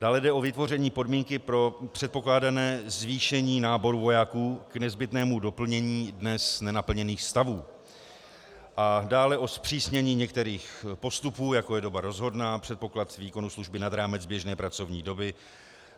Dále jde o vytvoření podmínky pro předpokládané zvýšení náboru vojáků k nezbytnému doplnění dnes nenaplněných stavů a dále o zpřísnění některých postupů, jako je doba rozhodná, předpoklad výkonu služby nad rámec běžné pracovní doby